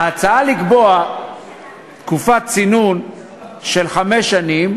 ההצעה לקבוע תקופת צינון של חמש שנים